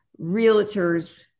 realtors